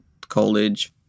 college